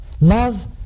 Love